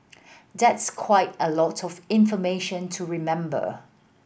that's quite a lot of information to remember